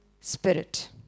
spirit